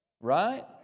Right